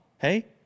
Hey